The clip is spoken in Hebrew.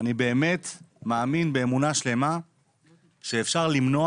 אני באמת מאמין באמונה שלמה שאפשר למנוע